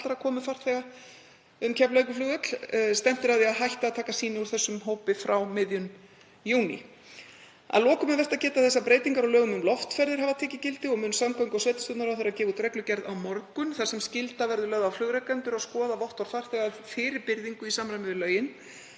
komufarþega um Keflavíkurflugvöll. Stefnt er að því að hætta að taka sýni úr þessum hópi frá miðjum júní. Að lokum er vert að geta þess að breytingar á lögum um loftferðir hafa tekið gildi og mun samgöngu- og sveitarstjórnarráðherra gefa út reglugerð á morgun þar sem skylda verður lögð á flugrekendur að skoða vottorð farþega fyrir byrðingu í samræmi við lögin.